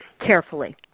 carefully